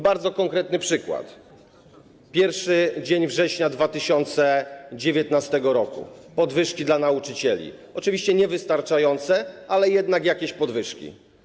Bardzo konkretny przykład: Dzień 1 września 2019 r., podwyżki dla nauczycieli, oczywiście niewystarczające, ale jednak jakieś podwyżki.